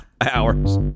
hours